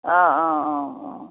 অঁ অঁ অঁ অঁ